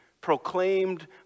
proclaimed